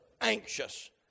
anxious